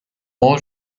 all